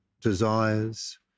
desires